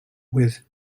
with